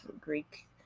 greek